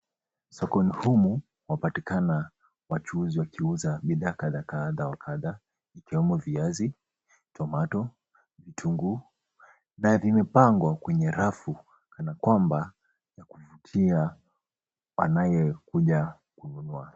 Sokoni humu kwapatikana wachuuzi wakiuza bidhaa kadha wa kadha ikiwemo viazi, tomato , vitunguu na vimepangwa kwenye rafu kana kwamba ya kuvutia anayekuja kununua.